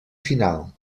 final